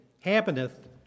happeneth